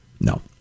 no